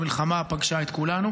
המלחמה פגשה את כולנו,